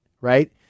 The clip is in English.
Right